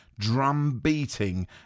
drum-beating